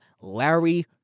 Larry